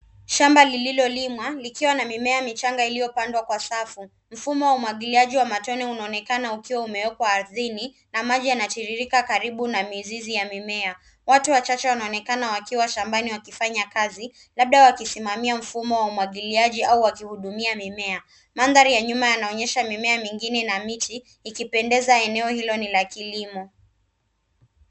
Shamba lililolimwa likiwa na mimea michachanga iliyopandwa kwa safu. Mfumo wa umagiliaji a matone uanonekana ukiwa umewekwa ardhini na maji yanatririka karibu na mizizi ya mimea. Watu wachache wanaonekana wakiwa shambani wakifanya kazi labda wakisimamia mfumo wa umwagiliaji au wakihudumia mimea. Mandhari ya nyuma yanaonyesha mimea mengine na miti ikipendeza eneo hilo ni la kilimo.